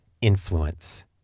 influence